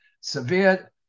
severe